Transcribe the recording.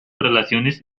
relaciones